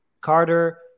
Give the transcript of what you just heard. Carter